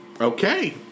Okay